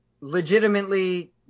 legitimately